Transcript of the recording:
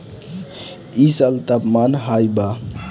इ साल तापमान हाई बा